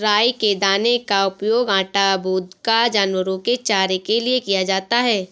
राई के दाने का उपयोग आटा, वोदका, जानवरों के चारे के लिए किया जाता है